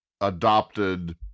adopted